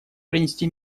принести